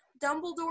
Dumbledore